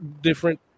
different